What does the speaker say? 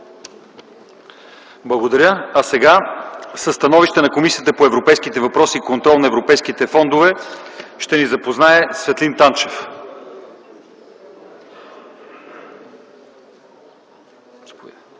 Благодаря. Със становището на Комисията по европейските въпроси и контрол на европейските фондове ще ни запознае господин Светлин Танчев.